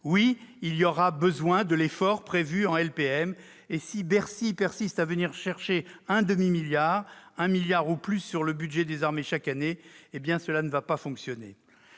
Oui, il y a aura besoin de l'effort prévu en LPM, et si Bercy persiste à venir chercher un demi-milliard d'euros, un milliard d'euros ou plus sur le budget des armées chaque année, cela ne fonctionnera